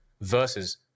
versus